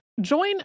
Join